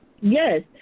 Yes